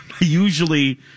usually